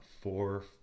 four